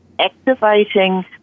activating